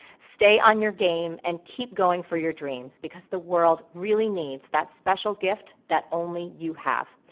stay on your game and keep going for your dreams because the world really needs that special gift that only you have.